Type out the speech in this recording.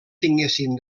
tinguessin